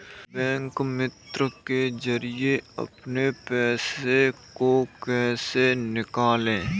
Bank मित्र के जरिए अपने पैसे को कैसे निकालें?